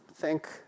thank